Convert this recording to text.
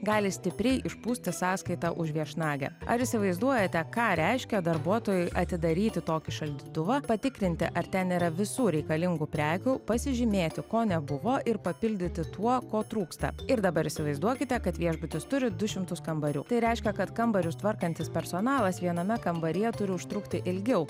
gali stipriai išpūsti sąskaitą už viešnagę ar įsivaizduojate ką reiškia darbuotojui atidaryti tokį šaldytuvą patikrinti ar ten yra visų reikalingų prekių pasižymėti ko nebuvo ir papildyti tuo ko trūksta ir dabar įsivaizduokite kad viešbutis turi du šimtus kambarių tai reiškia kad kambarius tvarkantis personalas viename kambaryje turi užtrukti ilgiau